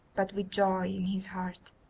but with joy in his heart.